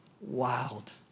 wild